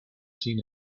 seen